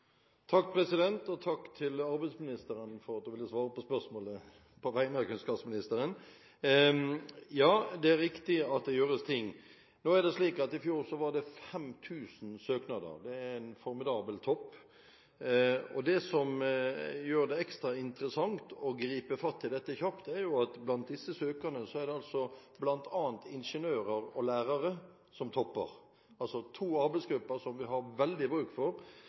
Takk til arbeidsministeren for at hun ville svare på spørsmålet på vegne av kunnskapsministeren. Ja, det er riktig at det gjøres ting. Nå er det slik at i fjor var det 5 000 søknader, det er en formidabel topp. Det som gjør det ekstra interessant å gripe fatt i dette kjapt, er at blant disse søkerne er det bl.a. ingeniører og lærere som topper, altså to arbeidsgrupper som vi har veldig bruk for